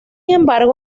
embargo